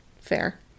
Fair